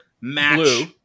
match